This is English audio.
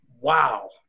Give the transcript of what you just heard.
wow